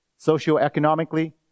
socioeconomically